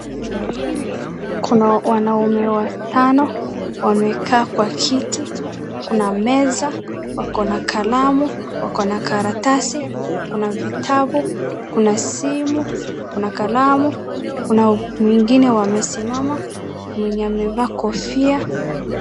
Kuna wanaume watano wamekaa kwa kiti. Kuna meza, wako na kalamu, wako na karatasi, kuna vitabu, kuna simu, kuna kalamu, kuna mwingine amesimama mwenye amevaa kofia.